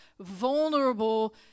vulnerable